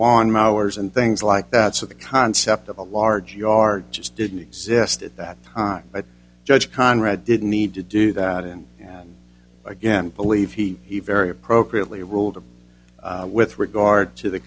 lawn mowers and things like that so the concept of a large yard just didn't exist at that time a judge conrad didn't need to do that in and again believe he he very appropriately ruled with regard to the